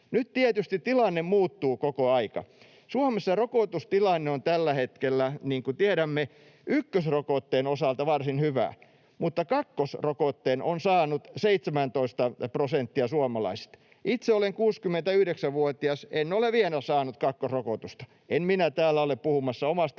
Nyt tietysti tilanne muuttuu koko ajan. Suomessa rokotustilanne on tällä hetkellä, niin kuin tiedämme, ykkösrokotteen osalta varsin hyvä, mutta kakkosrokotteen on saanut 17 prosenttia suomalaisista. Itse olen 69-vuotias, enkä ole vielä saanut kakkosrokotusta. En minä ole täällä puhumassa omasta asiastani,